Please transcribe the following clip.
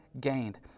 gained